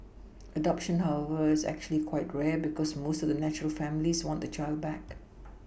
adoption however is actually quite rare because most of the natural families want the child back